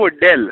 Dell